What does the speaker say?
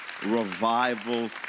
revival